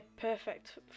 perfect